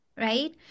right